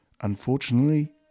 Unfortunately